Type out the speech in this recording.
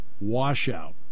washout